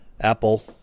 apple